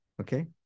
Okay